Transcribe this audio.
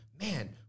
man